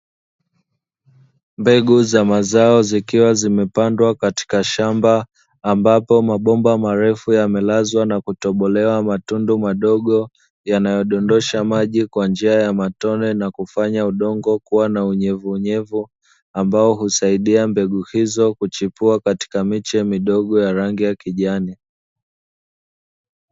Mbegu za mazao zikiwa zimepandwa katika shamba ambapo mabomba marefu yamelazwa na kutobolewa matundu madogo, yanayodondosha maji kwa njia ya matone na kufanya udongo kubwa na unyevunyevu; ambao husaidia mbegu hizo kuchipua katika miche midogo ya rangi ya kijani.